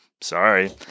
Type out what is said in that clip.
sorry